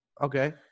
Okay